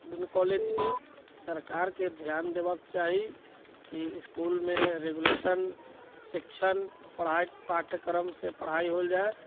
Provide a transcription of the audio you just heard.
दुनू कॉलेजके सरकारके ध्यान देबाक चाही कि इसकुलमे रेगुलेशन शिक्षण पढ़ाइ पाठ्यक्रम से पढ़ाइ होल जाए